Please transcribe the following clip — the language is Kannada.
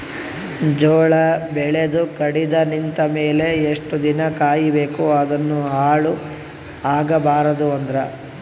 ಜೋಳ ಬೆಳೆದು ಕಡಿತ ನಿಂತ ಮೇಲೆ ಎಷ್ಟು ದಿನ ಕಾಯಿ ಬೇಕು ಅದನ್ನು ಹಾಳು ಆಗಬಾರದು ಅಂದ್ರ?